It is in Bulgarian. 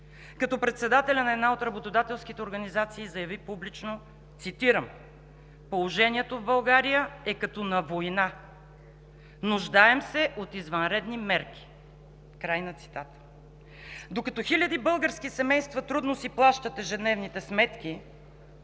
Председателят на една от работодателските организации заяви публично, цитирам: „Положението в България е като на война. Нуждаем се от извънредни мерки“, край на цитата. Докато хиляди български семейства трудно си плащат ежедневните сметки,